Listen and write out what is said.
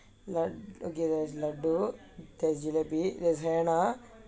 okay there's =there's henna